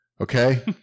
okay